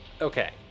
Okay